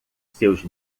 seus